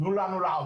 תנו לנו להראות,